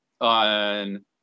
on